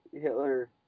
Hitler